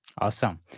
Awesome